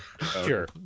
sure